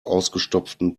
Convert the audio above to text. ausgestopften